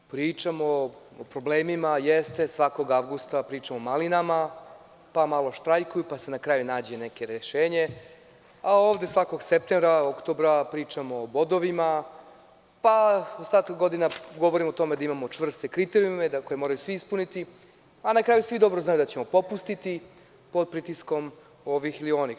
Pričamo o problemima, jeste, svakog avgusta pričamo o malinama, pa malo štrajkuju pa se na kraju nađe neko rešenje, a ovde svakog septembra, oktobra pričamo o bodovima, pa ostatak godina govorimo o tome da imamo čvrste kriterijume koje moraju svi ispuniti, a na kraju svi dobro znaju da ćemo popustiti pod pritiskom ovih ili onih.